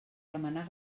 remenar